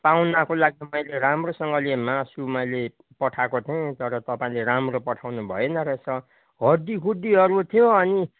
पाहुनाको लागि मैले राम्रोसँगले मासु मैले पठाएको थिएँ तर तपाईँले राम्रो पठाउनु भएन रहेछ हड्डी खुड्डीहरू थियो अनि